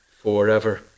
forever